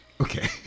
okay